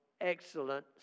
excellent